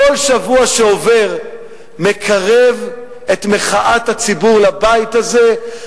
כל שבוע שעובר מקרב את מחאת הציבור לבית הזה,